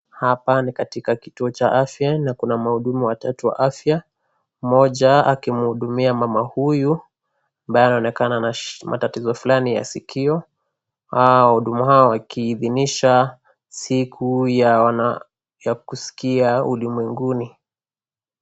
Hapa ni katika kituo cha afya na kuna wahudumu watatu wa afya. Mmoja akimhudumia mama huyu ambaye anaonekana ana matatizo fulani ya sikio. Nao wahudumu hao wakiidhinisha siku ya kusikia ulimwenguni.